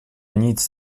nic